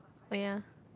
wait ah